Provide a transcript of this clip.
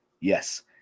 Yes